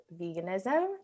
veganism